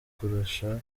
kurusha